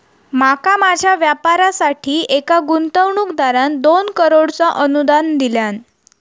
माका माझ्या व्यापारासाठी एका गुंतवणूकदारान दोन करोडचा अनुदान दिल्यान